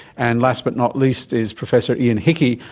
and last but not least is professor ian hickie,